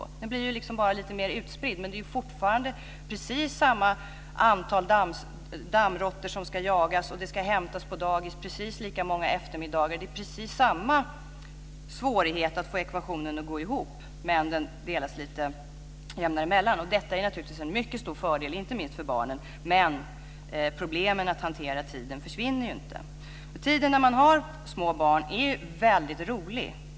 Den blir bara lite mer utspridd, men det är precis samma antal dammråttor som ska jagas, och barn ska hämtas på dagis precis lika många eftermiddagar. Man har precis samma svårigheter att få ekvationen att gå ihop, men uppgifterna delas lite jämnare. Detta är naturligtvis en mycket stor fördel inte minst för barnen, men problemen med att hantera tiden försvinner inte. Den tid när man har små barn är väldigt rolig.